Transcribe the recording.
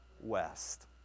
west